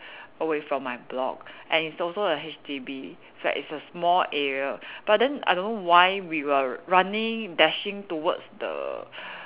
away from my block and is also a H_D_B flat it's a small area but then I don't know why we were running dashing towards the